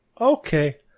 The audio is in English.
Okay